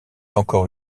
encore